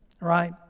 right